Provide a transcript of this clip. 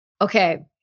Okay